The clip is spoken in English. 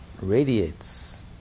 radiates